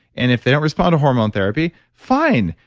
and if they don't respond to hormone therapy, fine.